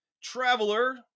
traveler